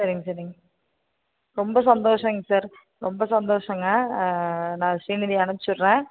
சரிங்க சரிங்க ரொம்ப சந்தோஷங்க சார் ரொம்ப சந்தோஷங்க நான் ஸ்ரீநிதியை அனுப்பிச்சிட்றேன்